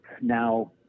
now